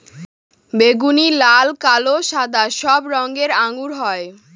বেগুনি, লাল, কালো, সাদা সব রঙের আঙ্গুর হয়